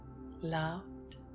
loved